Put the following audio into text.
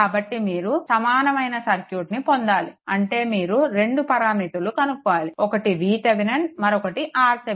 కాబట్టి మీరు సమానమైన సర్క్యూట్ని పొందాలి అంటే మీరు రెండు పరామితులు కనుక్కోవాలి ఒకటి VThevenin మరియు ఇంకోటి RThevenin